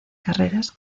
carreras